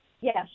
Yes